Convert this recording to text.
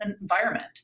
environment